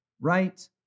right